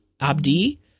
Abdi